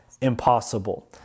impossible